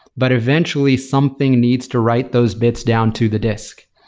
but, eventually, something needs to write those bits down to the disk.